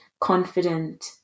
confident